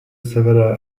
several